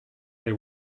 they